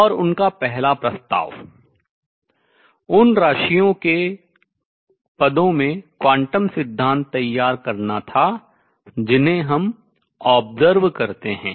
और उनका पहला प्रस्ताव उन राशियों के terms पदों में क्वांटम सिद्धांत तैयार करना था जिन्हें हम observe करतें देखते हैं